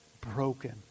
broken